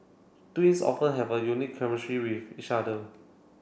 twins often have a unique chemistry with each other